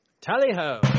Tally-ho